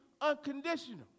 unconditional